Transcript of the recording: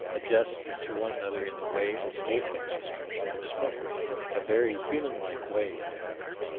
adjust to one another in the way of vortex rings of smoke a very human-like way, that is.